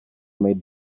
made